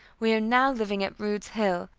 we are now living at rude's hill.